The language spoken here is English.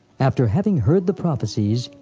after having heard the prophesies,